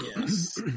Yes